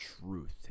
truth